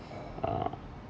uh